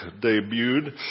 debuted